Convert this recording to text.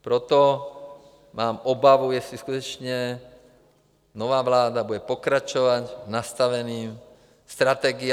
Proto mám obavu, jestli skutečně nová vláda bude pokračovat v nastavené strategii.